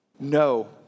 No